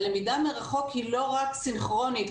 הלמידה מרחוק היא לא רק סינכרונית,